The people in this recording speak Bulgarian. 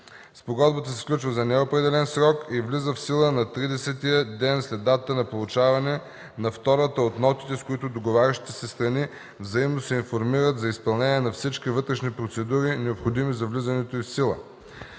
Спогодбата се сключва за неопределен срок и влиза в сила на тридесетия ден след датата на получаване на втората от нотите, с които договарящите се страни взаимно се информират за изпълнението на всички вътрешни процедури, необходими за влизането й в сила.